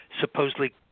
supposedly